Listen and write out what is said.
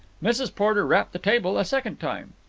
mrs. porter rapped the table a second time.